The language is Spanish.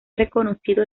reconocido